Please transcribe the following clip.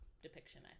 depiction